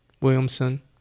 Williamson